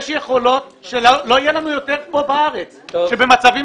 יש יכולות שלא יהיה לנו יותר כאן בארץ כאשר במצבים